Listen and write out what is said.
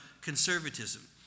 conservatism